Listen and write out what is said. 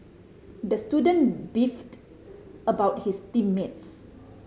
the student beefed about his team mates